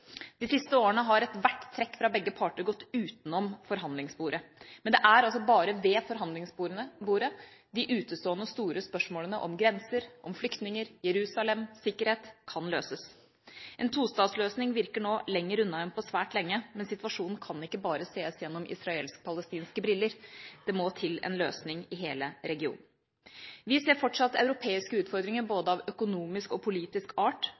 De siste årene har ethvert trekk fra begge parter gått utenom forhandlingsbordet. Men det er altså bare ved forhandlingsbordet de utestående store spørsmålene om grenser, flyktninger, Jerusalem og sikkerhet, kan løses. En tostatsløsning virker nå lengre unna enn på svært lenge, men situasjonen kan ikke bare ses gjennom israelsk-palestinske briller. Det må til en løsning i hele regionen. Vi ser fortsatt europeiske utfordringer av både økonomisk og politisk art.